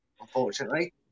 unfortunately